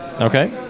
Okay